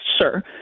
Sure